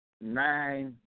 nine